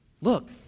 Look